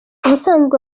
ubusanzwe